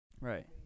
Right